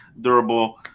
durable